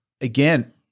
again